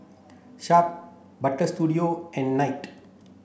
Sharp Butter Studio and Knight